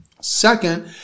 Second